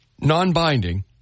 non-binding